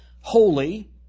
holy